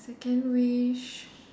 second wish